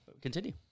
continue